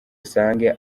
usange